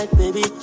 baby